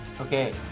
Okay